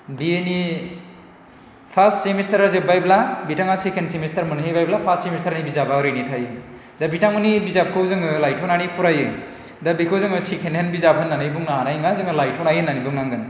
बिएनि first सेमेस्टारा जोब्बायब्ला बिथाङा सेकेन्ड सेमेस्टार मोनहैबायब्ला फार्स्ट सेमेस्टारनि बिजाबा ओरैनो थायो दा बिथांमोननि बिजाबखौ जोङो लाइथ'नानै फरायो दा बेखौ जोङो सेकेन्ड हेण्ड बिजाब होनानै बुंनो हानाय नङा जोङो लाइथ'नाय होननानै बुंनांगोन